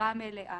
מבחירה מלאה,